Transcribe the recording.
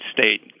state